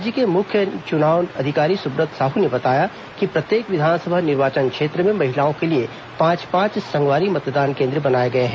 राज्य के मुख्य चुनाव अधिकारी सुब्रत साहू ने बताया है कि प्रत्येक विधानसभा निर्वाचन क्षेत्र में महिलाओं के लिए पांच पांच संगवारी मतदान केंद्र बनाए गए हैं